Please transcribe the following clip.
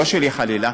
לא שלי חלילה,